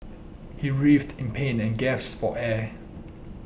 he writhed in pain and gasped for air